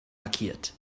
markiert